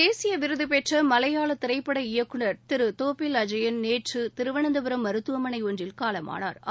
தேசிய விருது பெற்ற மலையாள திரைப்பட இயக்குனா் தோப்பில் அஜயன் நேற்று திருவனந்துரம் மருத்துவமனை ஒன்றில் காலமானாா்